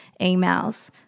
emails